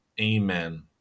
Amen